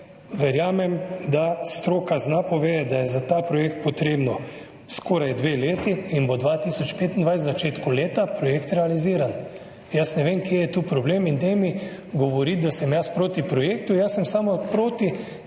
verjamem, da stroka zna povedati, da sta za ta projekt potrebni skoraj dve leti in bo 2025 v začetku leta projekt realiziran. Ne vem, kje je tu problem, in ne mi govoriti, da sem jaz proti projektu. Jaz sem samo proti